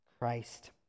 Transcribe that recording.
Christ